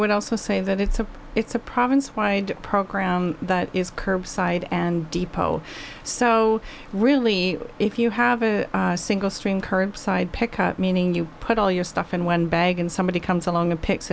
would also say that it's a it's a province wide program that is curbside and depot so really if you have a single stream curbside pickup meaning you put all your stuff in when bag and somebody comes along and picks